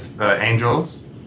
angels